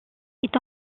est